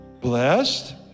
blessed